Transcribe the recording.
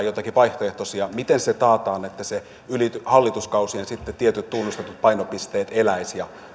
joitakin vaihtoehtoisia miten se taataan että yli hallituskausien sitten tietyt tunnustetut painopisteet eläisivät ja